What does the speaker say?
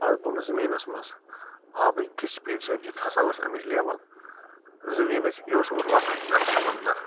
اَتھ بۄنہٕ زٔمیٖنَس منٛز آبکہِ سپیٖڈ سۭتۍ یُتھ ہسا ٲس اَمِچۍ لیول زٔمیٖنٕچۍ یہِ اوس اورٕ وسان زَن سمنٛدَر